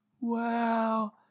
wow